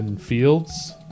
Fields